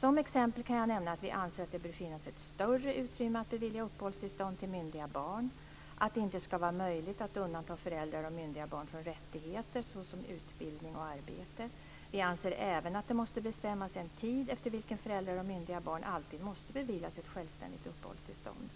Som exempel kan jag nämna att vi anser att det bör finnas ett större utrymme att bevilja uppehållstillstånd till myndiga barn och att det inte ska vara möjligt att undanta föräldrar och myndiga barn från rättigheter såsom utbildning och arbete. Vi anser även att det måste bestämmas en tid efter vilken föräldrar och myndiga barn alltid måste beviljas ett självständigt uppehållstillstånd.